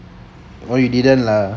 oh you didn't lah